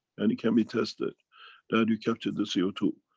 and it can be tested that you capture the c o two.